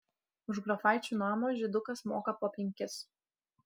už grafaičių namo žydukas moka po penkis